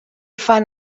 fan